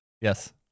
Yes